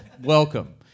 welcome